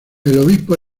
obispo